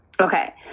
Okay